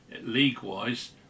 league-wise